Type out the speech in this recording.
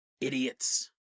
idiots